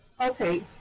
Okay